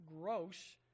gross